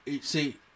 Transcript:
See